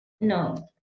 No